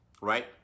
right